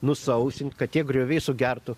nusausint kad tie grioviai sugertų